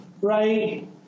Right